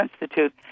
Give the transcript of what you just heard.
Institute